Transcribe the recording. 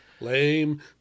Lame